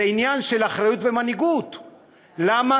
זה עניין של אחריות ומנהיגות.